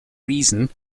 reason